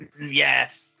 Yes